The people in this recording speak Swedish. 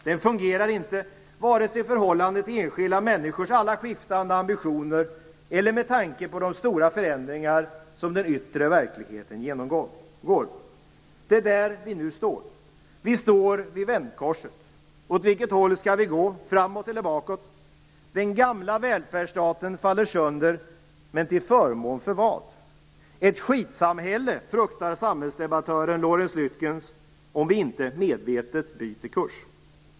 Den fungerar inte, vare sig i förhållande till enskilda människors alla skiftande ambitioner eller med tanke på de stora förändringar som den yttre verkligheten genomgår. Det är där vi nu står. Vi står vid vändkorset. Åt vilket håll skall vi gå? Framåt eller bakåt? Den gamla välfärdsstaten faller sönder, men till förmån för vad? Ett skitsamhälle, fruktar samhällsdebattören Lorentz Lyttkens, om vi inte medvetet byter kurs.